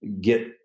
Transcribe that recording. get